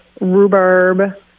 rhubarb